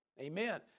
Amen